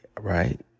right